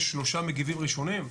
יש שלושה מגיבים ראשונים,